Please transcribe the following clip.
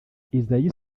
isae